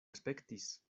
aspektis